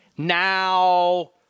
Now